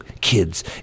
kids